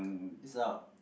is out